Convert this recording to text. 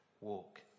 walk